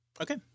Okay